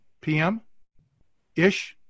p.m.-ish